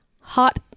hot